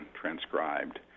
transcribed